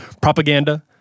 Propaganda